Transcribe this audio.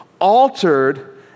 altered